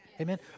Amen